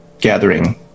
gathering